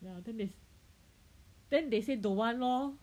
ya then they then they say don't want lor